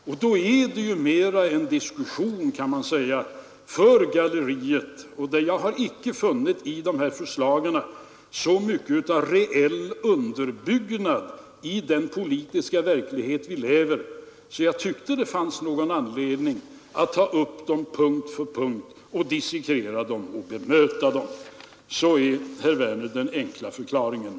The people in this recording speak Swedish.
Och då blir det mera en diskussion för galleriet. Jag har i dessa förslag icke funnit så mycket av reell underbyggnad i den politiska verklighet vi lever i att jag tyckte att det fanns någon anledning att ta upp dem punkt för punkt, dissekera dem och bemöta dem. Det är, herr Werner, den enkla förklaringen.